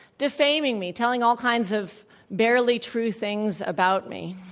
defaming me, telling all kinds of barely true things about me.